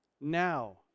Now